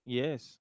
yes